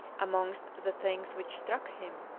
amongst the things which struck him,